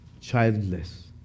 childless